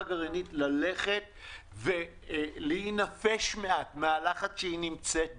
גרעינית ללכת ולהינפש מן הלחץ שהיא נמצאת בו.